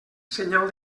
senyal